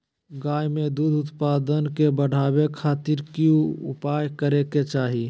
गाय में दूध उत्पादन के बढ़ावे खातिर की उपाय करें कि चाही?